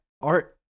art